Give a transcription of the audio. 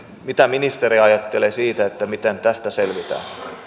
mitä ministeri ajattelee siitä miten tästä selvitään